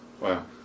Wow